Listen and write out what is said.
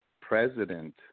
president